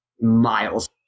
miles